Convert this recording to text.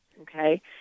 okay